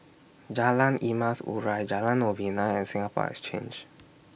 Jalan Emas Urai Jalan Novena and Singapore Exchange